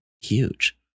huge